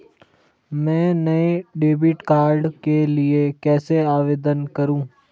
मैं नए debit card के लिए कैसे आवेदन करूं?